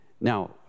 Now